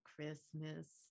christmas